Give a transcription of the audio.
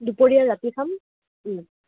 দুপৰীয়া ৰাতি খাম